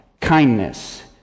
kindness